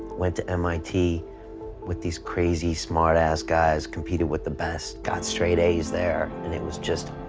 went to mit with these crazy, smart-ass guys, competed with the best, got straight as there and it was just,